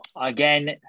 Again